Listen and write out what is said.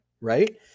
Right